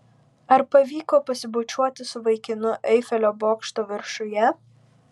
ar pavyko pasibučiuoti su vaikinu eifelio bokšto viršuje